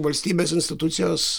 valstybės institucijos